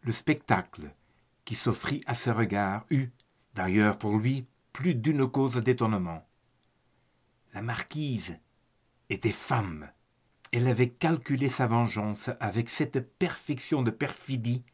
le spectacle qui s'offrit à ses regards eut d'ailleurs pour lui plus d'une cause d'étonnement la marquise était femme elle avait calculé sa vengeance avec cette perfection de perfidie